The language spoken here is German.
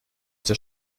der